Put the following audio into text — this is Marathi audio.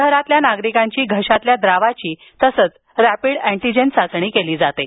शहरातील नागरिकांची घशातील द्रावाची तसेच रॅपिड अॅरन्टीजेन चाचणी केली जाते